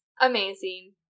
amazing